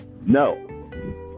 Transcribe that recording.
No